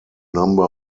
number